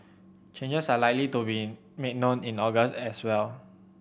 changes are likely to be made known in August as well